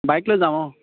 bike লৈ যাম অঁ